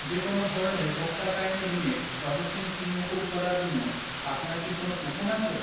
যে কোনো ধরনের ভোক্তা কায়েমী ঋণের প্রসেসিং ফি মকুব করার জন্য আপনার কি কোনো কুপন আছে